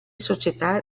società